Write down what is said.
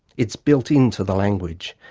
it's built into the language,